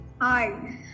Hi